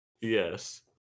Yes